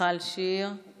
מיכל שיר, את